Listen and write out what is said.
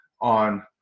on